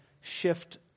shift